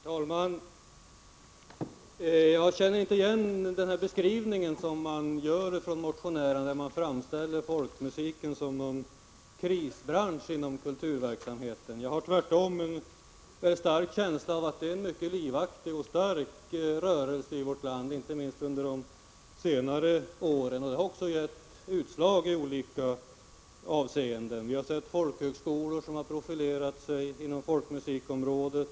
Herr talman! Jag känner inte igen verkligheten i motionärernas beskrivning av folkmusiken som något slags krisbransch inom kulturverksamheten. Tvärtom har jag en stark känsla av att det rör sig om en mycket livaktig och stark rörelse i vårt land. Inte minst gäller detta förhållandena under de senaste åren. Det här har också gett utslag i olika avseenden. Folkhögskolor har profilerat sig på folkmusikområdet.